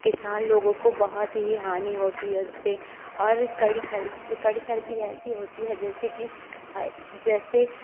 किसान लोगों को बहुत ही हानि होती है उसे और कड़ी कड़ी सर्दी ऐसी होती है जैसे कि जैसे